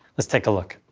let's take a look.